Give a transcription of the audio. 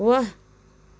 वाह